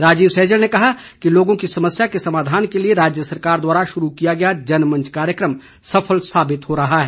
राजीव सैजल ने कहा कि लोगों की समस्या के समाधान के लिए राज्य सरकार द्वारा शुरू किया गया जनमंच कार्यक्रम सफल साबित हो रहा है